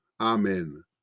Amen